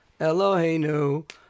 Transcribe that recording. Eloheinu